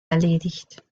erledigt